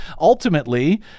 Ultimately